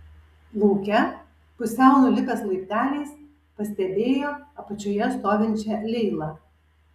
lauke pusiau nulipęs laipteliais pastebėjo apačioje stovinčią leilą